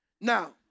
Now